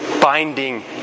binding